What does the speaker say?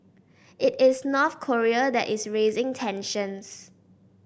it is North Korea that is raising tensions